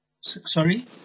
Sorry